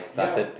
ya